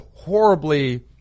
horribly